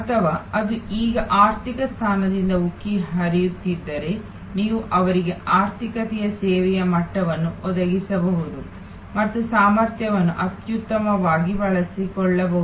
ಅಥವಾ ಅದು ಈಗ ಆರ್ಥಿಕ ಸ್ಥಾನದಿಂದ ಉಕ್ಕಿ ಹರಿಯುತ್ತಿದ್ದರೆ ನೀವು ಅವರಿಗೆ ಆರ್ಥಿಕತೆಯ ಸೇವೆಯ ಮಟ್ಟವನ್ನು ಒದಗಿಸಬಹುದು ಮತ್ತು ಸಾಮರ್ಥ್ಯವನ್ನು ಅತ್ಯುತ್ತಮವಾಗಿ ಬಳಸಿಕೊಳ್ಳಬಹುದು